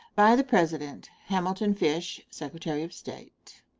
by the president hamilton fish, secretary of state.